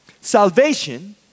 salvation